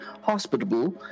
hospitable